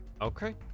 Okay